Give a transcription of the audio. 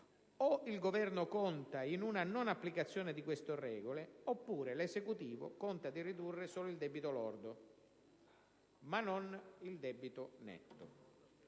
Esecutivo, o conta su una non applicazione di queste regole, oppure conta di ridurre solo il debito lordo, ma non il debito netto.